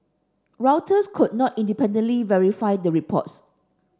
Reuters could not independently verify the reports